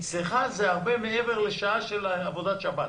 אצלך זה הרבה מעבר לשעה של עבודת שבת.